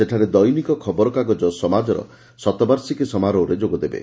ସେଠାରେ ଦୈନିକ ଖବରକାଗଜ 'ସମାଜ'ର ଶତବାର୍ଷିକୀ ସମାରୋହରେ ଯୋଗଦେବେ